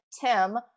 Tim